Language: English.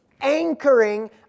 anchoring